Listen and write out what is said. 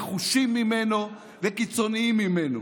נחושים ממנו וקיצוניים ממנו.